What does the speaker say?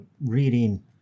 reading